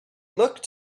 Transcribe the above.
looked